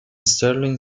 sterling